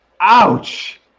Ouch